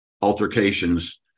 altercations